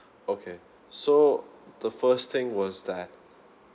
okay so the first thing was that